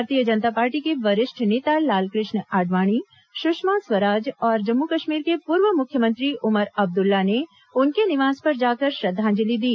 भारतीय जनता पार्टी के वरिष्ठ नेता लालकृष्ण आडवाणी सुषमा स्वराज और जम्मू कश्मीर के पूर्व मुख्यमंत्री उमर अब्दुल्ला ने उनके निवास पर जाकर श्रद्धांजलि दी